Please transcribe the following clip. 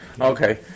Okay